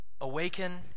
Awaken